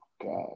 God